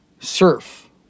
surf